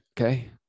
Okay